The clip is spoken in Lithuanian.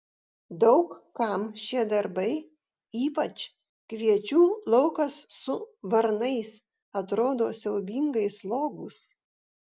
daug kam šie darbai ypač kviečių laukas su varnais atrodo siaubingai slogūs